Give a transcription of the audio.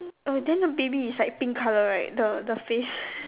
uh then the baby is like pink colour right the the face